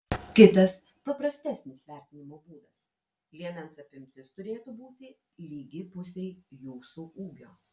kitas paprastesnis vertinimo būdas liemens apimtis turėtų būti lygi pusei jūsų ūgio